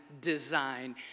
design